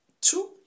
Two